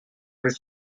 her